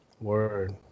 word